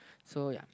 so ya